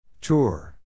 Tour